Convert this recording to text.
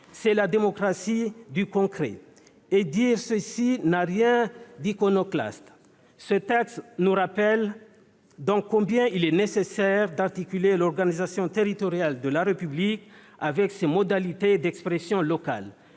que la démocratie du terrain, c'est la démocratie du concret ! Ce texte nous rappelle donc combien il est nécessaire d'articuler l'organisation territoriale de la République avec ses modalités d'expression locale